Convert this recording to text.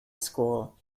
school